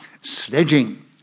sledging